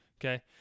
Okay